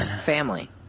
family